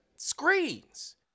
screens